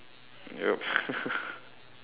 yup